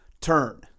turn